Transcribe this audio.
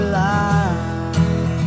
life